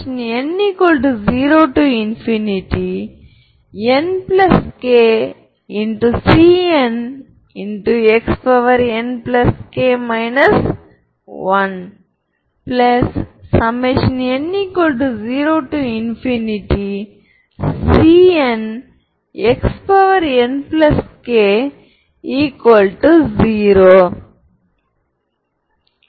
property இலிருந்து eigen மதிப்புகள் உண்மையானவை என்று நமக்குத் தெரியும் அதனுடன் தொடர்புடைய எந்த ஈஜென் மதிப்பும் சிக்கலான ஐகென் திசையன் என்று சொல்லலாம் பின்னர் இதன் பட்டையும் ஒரு ஐகென் திசையன்